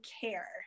care